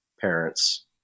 parents